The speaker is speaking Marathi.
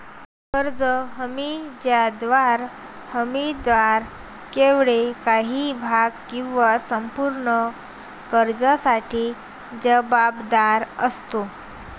कर्ज हमी ज्याद्वारे हमीदार केवळ काही भाग किंवा संपूर्ण कर्जासाठी जबाबदार असतो